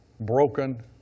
broken